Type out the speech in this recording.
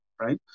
right